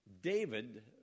David